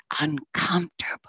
uncomfortable